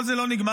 כל זה לא נגמר,